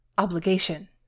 obligation